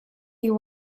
you